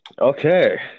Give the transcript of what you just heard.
Okay